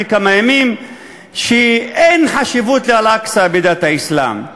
כמה ימים שאין חשיבות לאל-אקצא בדת האסלאם,